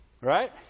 Right